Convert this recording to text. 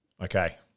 Okay